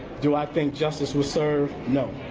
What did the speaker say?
do i think justice was served? no.